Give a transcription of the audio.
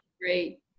Great